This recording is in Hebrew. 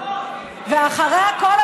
ואחרי הכול,